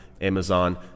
Amazon